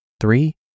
Three